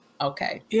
Okay